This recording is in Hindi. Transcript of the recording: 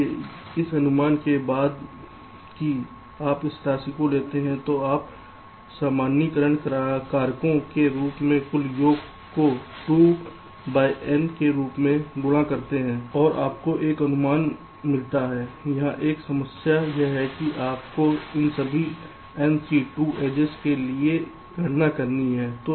इसलिए इस अनुमान के बाद कि आप इस राशि को लेते हैं तो आप सामान्यीकरण कारक के रूप में कुल योग को 2n से गुणा करते हैं और आपको एक अनुमान मिलता है अब यहाँ समस्या यह है कि आपको इस सभी C2n एड्जेस के लिए एक गणना करनी है